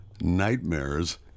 nightmares